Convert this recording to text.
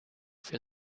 für